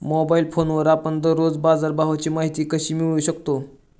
Mobile फोनवर आपण दररोज बाजारभावाची माहिती कशी मिळवू शकतो?